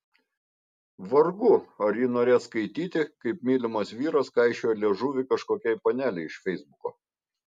vargu ar ji norės skaityti kaip mylimas vyras kaišiojo liežuvį kažkokiai panelei iš feisbuko